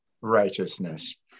righteousness